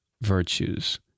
virtues